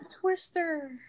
Twister